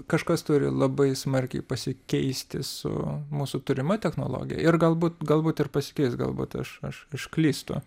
kažkas turi labai smarkiai pasikeisti su mūsų turima technologija ir galbūt galbūt ir pasikeis galbūt aš aš aš klystu